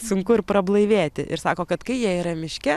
sunku ir prablaivėti ir sako kad kai jie yra miške